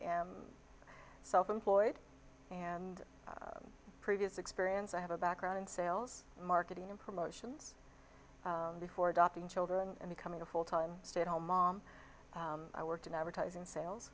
am self employed and previous experience i have a background in sales marketing and promotions before adopting children and becoming a full time stay at home mom i worked in advertising sales